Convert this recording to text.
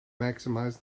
maximize